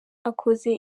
akoze